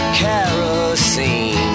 kerosene